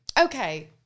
okay